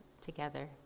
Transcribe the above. together